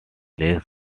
less